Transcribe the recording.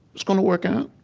it's going to work out.